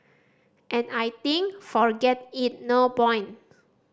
and I think forget it no point